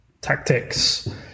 tactics